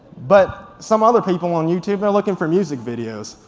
but some other people on youtube are looking for music videos,